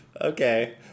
Okay